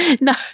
No